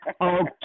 Okay